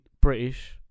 British